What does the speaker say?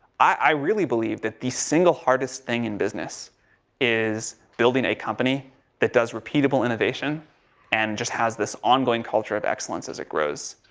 i really believe that this single hardest thing in business is building a company that does repeatable innovation and just has this ongoing culture of excellence as it grows.